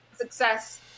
success